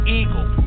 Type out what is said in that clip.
eagle